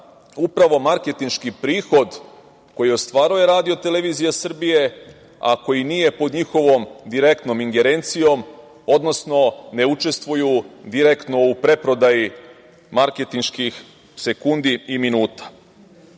upravo marketinški prihod koji ostvaruje RTS, a koji nije pod njihovom direktnom ingerencijom, odnosno ne učestvuju direktno u preprodaji marketinških sekundi i minuta. Cela